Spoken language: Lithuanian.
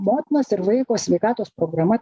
motinos ir vaiko sveikatos programa